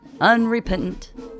unrepentant